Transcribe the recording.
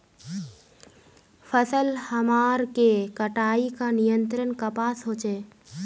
फसल हमार के कटाई का नियंत्रण कपास होचे?